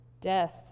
death